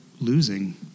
losing